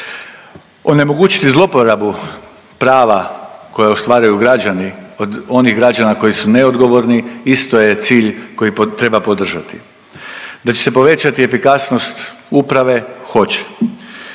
Onemogućiti zloporabu prava koje ostvaruju građani od onih građana koji su neodgovorni, isto je cilj koji treba podržati. Da će se povećati efikasnost uprave, hoće.